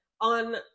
on